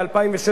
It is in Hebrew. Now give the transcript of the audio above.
ב-2006,